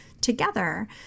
together